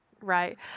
Right